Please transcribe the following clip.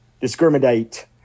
discriminate